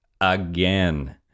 Again